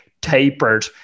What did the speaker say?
tapered